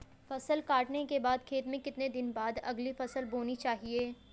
फसल काटने के बाद खेत में कितने दिन बाद अगली फसल बोनी चाहिये?